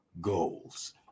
goals